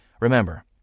Remember